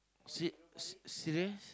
si~ s~ serious